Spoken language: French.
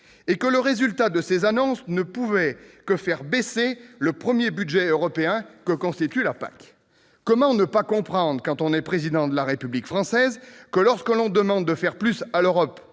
Et que le résultat de ces annonces ne pouvait que faire baisser le premier budget européen que constitue la PAC ? Comment ne pas comprendre, quand on est Président de la République française, que, lorsqu'on demande de faire plus à l'Europe,